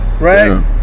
Right